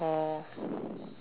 oh